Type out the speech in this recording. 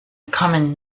common